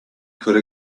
could